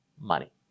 money